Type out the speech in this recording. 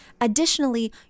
Additionally